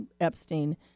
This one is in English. Epstein